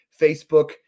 Facebook